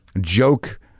joke